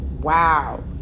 Wow